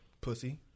Pussy